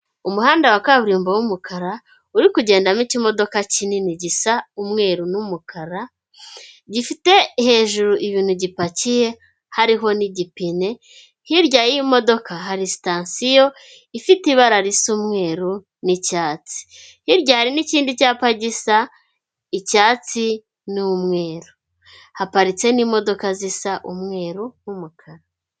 Umuhanda wa kaburimbo w'umukara uri kugendamo ikimodoka kinini gisa umweru n'umukara, gifite hejuru ibintu gipakiye hariho n'igipine, hirya y'iyi modoka hari sitasiyo ifite ibara risa umweru n'icyatsi, hirya hari n'ikindi cyapa gisa icyatsi n'umweru, haparitse n'imodoka zisa umweru n'umukara.